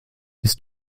bist